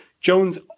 Jones